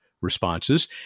responses